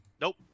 Nope